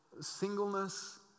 Singleness